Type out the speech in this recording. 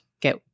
get